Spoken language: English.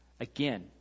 Again